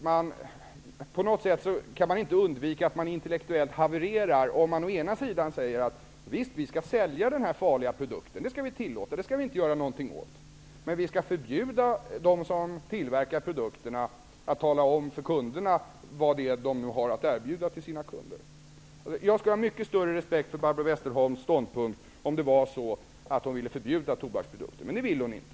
Man kan inte undvika att haverera intellektuellt om man å ena sidan säger att vi skall tillåta och sälja den här produkten, men å andra sidan vill förbjuda dem som tillverkar produkten att tala om vad de har att erbjuda kunderna. Jag skulle ha mycket större respekt för Barbro Westerholms ståndpunkt om hon ville förbjuda tobaksprodukter, men det vill hon inte.